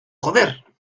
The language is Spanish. joder